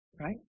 Right